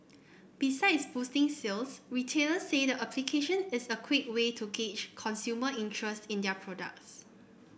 besides boosting sales retailers say the application is a quick way to gauge consumer interest in their products